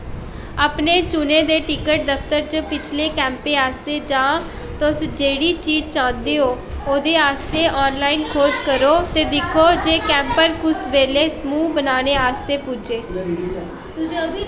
अपने चुने दे टिकट दफ्तर च पिछले कैंपें आस्तै जां तुस जेह्ड़ी चीज चांह्दे ओ ओह्दे आस्तै आनलाइन खोज करो ते दिक्खो जे कैंपर कुस बेल्लै समूह् बनाने आस्तै पुज्जे